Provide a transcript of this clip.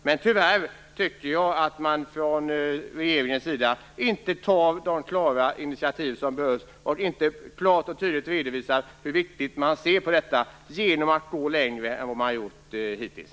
Men tyvärr tycker jag att man från regeringens sida inte tar de klara initiativ som behövs och inte klart och tydligt redovisar hur viktigt man ser på detta genom att gå längre än man har gjort hittills.